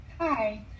Hi